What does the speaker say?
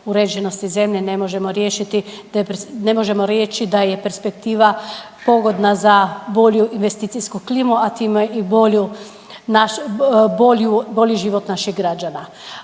uređenosti zemlje ne možemo reći da je perspektiva pogodna za bolju investicijsku klimu, a time i bolji život naših građana.